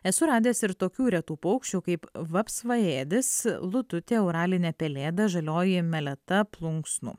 esu radęs ir tokių retų paukščių kaip vapsvaėdis lututė uralinė pelėda žalioji meleta plunksnų